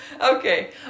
Okay